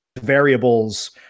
variables